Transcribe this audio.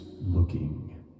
looking